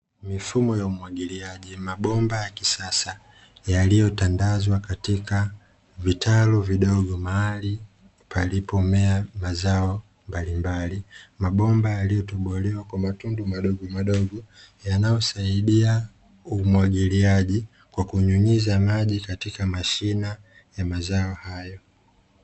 Mfumo wa umwagiliaji, mabomba ya kisasa yaliyotandazwa katika vitalu vidogo mahali palipomea mazao mbali mbali, mabomba yaliyotobolewa kwa matundu madogo madogo yanayosaidia umwagiliaji kwa kunyunyiza maji katika mashina ya mazao hayo.